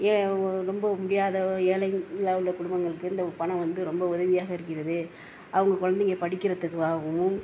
ஏ ரொம்ப முடியாத ஏழைங்களாக உள்ள குடும்பங்களுக்கு இந்த பணம் வந்து ரொம்ப உதவியாக இருக்கிறது அவங்க குழந்தைங்க படிக்கிறதுக்காகவும்